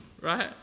right